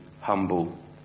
humble